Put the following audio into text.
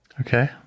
Okay